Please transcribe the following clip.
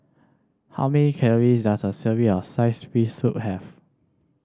how many calory does a serving of sliced fish soup have